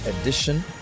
edition